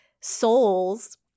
souls